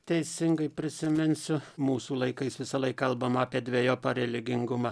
teisingai prisiminsiu mūsų laikais visąlaik kalbama apie dvejopą religingumą